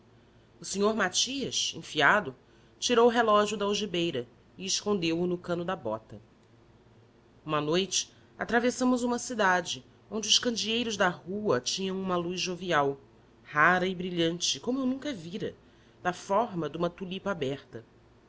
o senhor matias enfiado tirou o relógio da algibeira e escondeu o no cano da bota uma noite atravessamos uma cidade onde os candeeiros da rua tinham uma luz jovial rara e brilhante como eu nunca vira da forma de uma tulipa aberta